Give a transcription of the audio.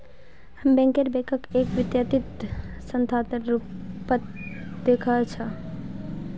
banker बैंकक एक वित्तीय संस्थार रूपत देखअ छ